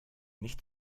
nicht